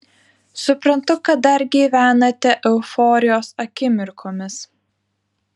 suprantu kad dar gyvenate euforijos akimirkomis